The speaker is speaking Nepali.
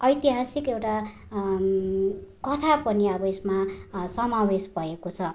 ऐतिहासिक एउटा कथा पनि अब यसमा समावेश भएको छ